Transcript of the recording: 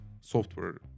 software